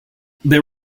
they